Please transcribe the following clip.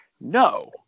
no